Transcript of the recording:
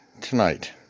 tonight